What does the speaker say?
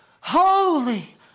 Holy